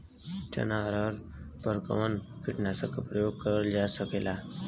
चना अरहर पर कवन कीटनाशक क प्रयोग कर जा सकेला?